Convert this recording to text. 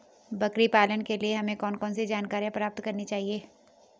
बकरी पालन के लिए हमें कौन कौन सी जानकारियां प्राप्त करनी चाहिए?